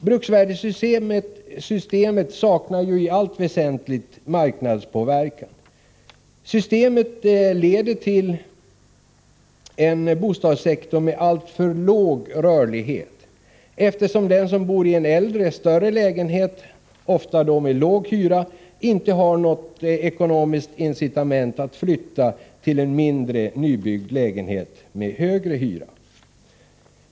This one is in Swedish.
Bruksvärdessystemet saknar ju i allt väsentligt marknadspåverkan. Systemet leder till en bostadssektor med alltför låg rörlighet, eftersom den som bor i en äldre större lägenhet — ofta då med låg hyra - inte har något ekonomiskt incitament att flytta till en mindre, nybyggd lägenhet med högre hyra.